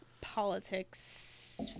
politics